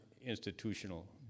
institutional